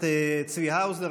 את צבי האוזר,